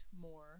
more